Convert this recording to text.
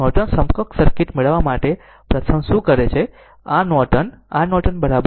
Norton સમકક્ષ circuit મેળવવા માટે પ્રથમ શું કરે છે R Norton R Norton R2